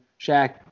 Shaq